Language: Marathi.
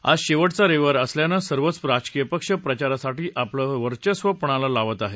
आज शेव आ रविवार असल्यानं सर्वच राजकीय पक्ष प्रचारासाठी आपलं सर्वस्व पणाला लावत आहे